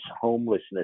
homelessness